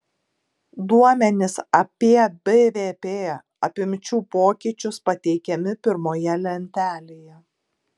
duomenys apie bvp apimčių pokyčius pateikiami pirmoje lentelėje